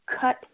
cut